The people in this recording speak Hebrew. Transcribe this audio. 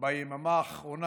ביממה האחרונה,